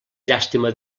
llàstima